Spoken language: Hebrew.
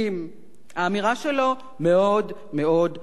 האמירה שלו מאוד מאוד ברורה,